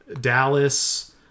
Dallas